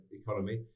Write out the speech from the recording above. economy